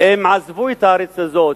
עזבו את הארץ הזאת,